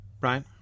right